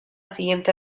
siguiente